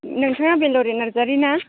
नोंथाङा बेल'रि नार्जारि ना